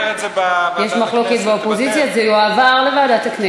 סליחה, עפו, אתה קובר את זה בוועדת הכנסת.